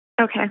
Okay